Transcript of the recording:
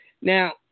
Now